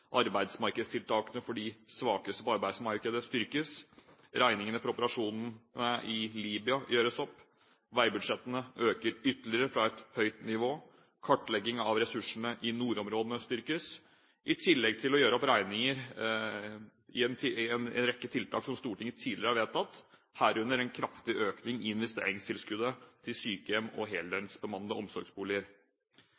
Arbeidsmarkedstiltakene for de svakeste på arbeidsmarkedet styrkes. Regningene for operasjonene i Libya gjøres opp. Veibudsjettene øker ytterligere fra et høyt nivå. Kartlegging av ressursene i nordområdene styrkes i tillegg til å gjøre opp regninger for en rekke tiltak som Stortinget tidligere har vedtatt, herunder en kraftig økning i investeringstilskuddet til sykehjem og